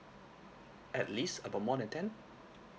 at least about more than ten